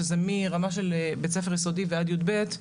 שזה מרמה של בית ספר יסודי ועד יב',